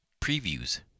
previews